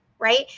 Right